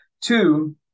Two